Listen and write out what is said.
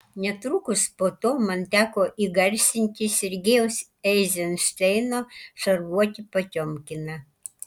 netrukus po to man teko įgarsinti sergejaus eizenšteino šarvuotį potiomkiną